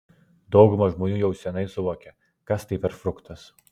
dauguma žmonių jau seniai suvokė kas tai per fruktas